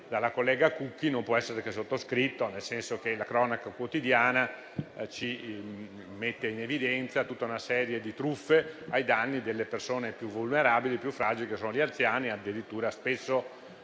dalla collega Cucchi non può che essere sottoscritto, nel senso che la cronaca quotidiana ci mette in evidenza tutta una serie di truffe ai danni delle persone più vulnerabili e più fragili che sono gli anziani, addirittura spesso